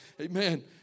amen